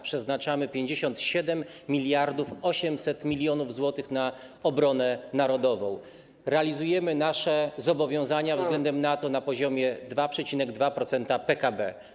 Przeznaczamy 57 800 mln zł na obronę narodową, realizujemy nasze zobowiązania względem NATO na poziomie 2,2% PKB.